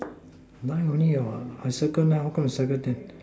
nine only what I circle nine why you circle ten